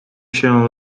się